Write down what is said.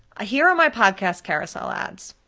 ah here are my podcast carousel ads.